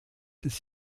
des